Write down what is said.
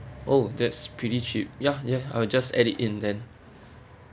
oh that's pretty cheap ya ya I'll just add it in then